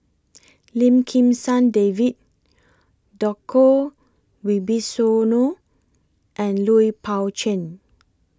Lim Kim San David Djoko Wibisono and Lui Pao Chuen